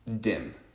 dim